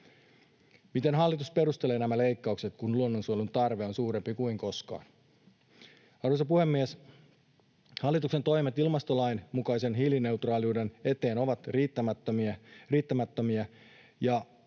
Miten hallitus perustelee nämä leikkaukset, kun luonnonsuojelun tarve on suurempi kuin koskaan? Arvoisa puhemies! Hallituksen toimet ilmastolain mukaisen hiilineutraaliuden eteen ovat riittämättömiä,